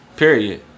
Period